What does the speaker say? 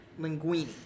Linguini